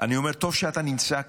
אני אומר, טוב שאתה נמצא כאן.